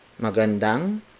Magandang